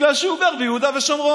בגלל שהוא גר ביהודה ושומרון.